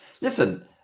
Listen